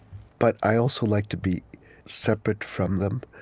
but i also like to be separate from them.